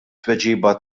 tweġiba